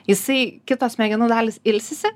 jisai kitos smegenų dalys ilsisi